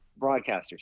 broadcasters